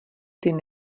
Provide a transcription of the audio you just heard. tyto